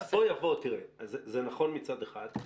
זה נכון מצד אחד.